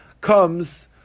comes